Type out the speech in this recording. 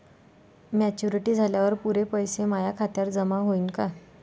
Maturity झाल्यावर पुरे पैसे माया खात्यावर जमा होईन का?